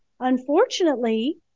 Unfortunately